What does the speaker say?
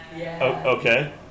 Okay